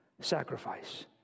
sacrifice